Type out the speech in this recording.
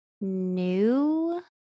new